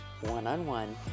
one-on-one